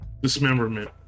Dismemberment